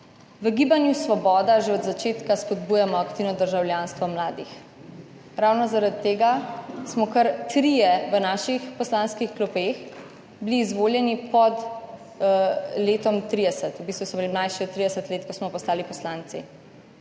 V Gibanju Svoboda že od začetka spodbujamo aktivno državljanstvo mladih, ravno zaradi tega smo bili kar trije v naših poslanskih klopeh izvoljeni pred 30. letom, v bistvu smo bili mlajši od 30 let, ko smo postali poslanci.